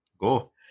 Go